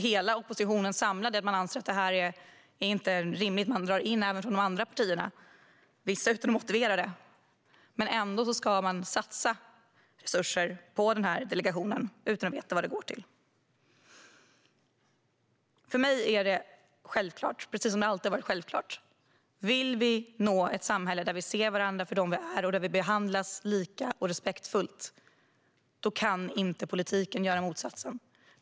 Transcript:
Hela oppositionen anser samlat att detta inte är rimligt. Vissa invändningar är motiverade, men ändå ska man satsa resurser på den här delegationen utan att veta vad pengarna går till. För mig är det självklart - precis som det alltid har varit - att vill vi nå ett samhälle där vi ser varandra för dem vi är och där vi behandlas lika och respektfullt, då kan inte politiken göra motsatsen.